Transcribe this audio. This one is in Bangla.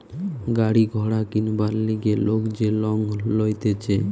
গাড়ি ঘোড়া কিনবার লিগে লোক যে লং লইতেছে